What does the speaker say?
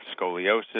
scoliosis